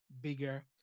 bigger